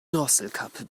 drosselklappe